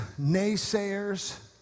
naysayers